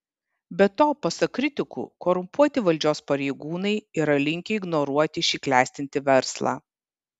be to pasak kritikų korumpuoti valdžios pareigūnai yra linkę ignoruoti šį klestintį verslą